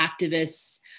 activists